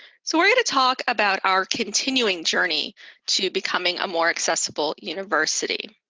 so we're here to talk about our continuing journey to becoming a more accessible university.